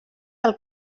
del